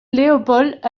léopold